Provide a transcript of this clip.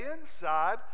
inside